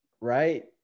right